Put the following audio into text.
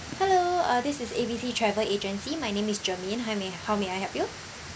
hello uh this is A B C travel agency my name is germaine hi may how may I help you